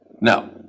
Now